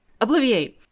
Obliviate